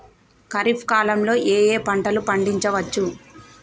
ఖరీఫ్ కాలంలో ఏ ఏ పంటలు పండించచ్చు?